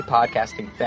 Podcasting